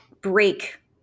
break